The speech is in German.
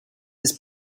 ist